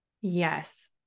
Yes